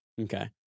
Okay